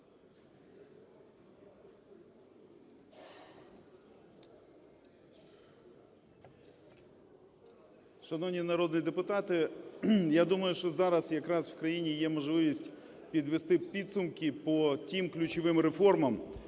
Шановні народні депутати, я думаю, що зараз якраз в країні є можливість підвести підсумки по тим ключовим реформам,